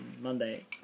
Monday